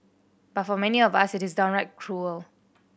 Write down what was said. but for many of us it is downright cruel